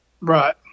Right